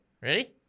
Ready